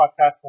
Podcast